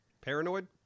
paranoid